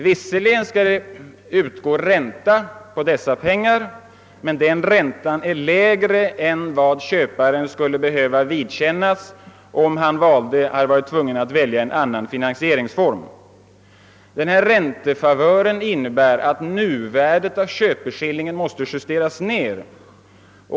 Visserligen skall det utgå ränta på pengarna, men den räntan är lägre än den köparen skulle ha varit tvungen att erlägga om han anlitat en annan finansieringsform. Denna räntefavör innebär att nuvärdet av köpeskillingen måste justeras ned.